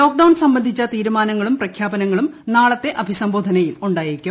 lockdown സംബന്ധിച്ച തീരുമാനങ്ങളും പ്രഖ്യാപനങ്ങളും നാളത്തെ അഭിസംബോധനയിൽ ഉണ്ടായേക്കും